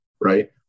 right